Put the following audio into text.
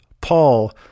Paul